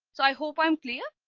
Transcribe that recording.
so, i hope i'm clear.